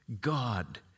God